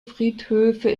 friedhöfe